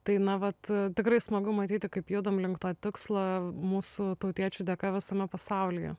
tai na vat tikrai smagu matyti kaip judam link to tikslo mūsų tautiečių dėka visame pasaulyje